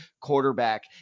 quarterback